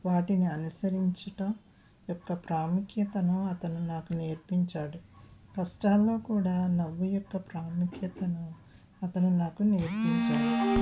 వాటిని అనుసరించుట వాటి యొక్క ప్రాముఖ్యతను అతను నాకు నేర్పించాడు కష్టాల్లో కూడా నవ్వు యొక్క ప్రాముఖ్యతను అతను నాకు నేర్పించాడు